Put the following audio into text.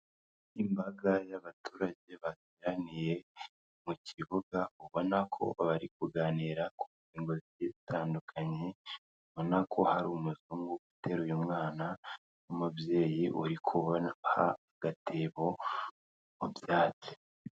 Imbaga y'abaturage bateraniye mu kibuga, ubona ko bari kuganira ku ngingo zigiye zitandukanye, ubona ko hari umuzungu uteruye mwana, n'umubyeyi uri kuboha agatebo mu byatsi.